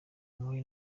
mpore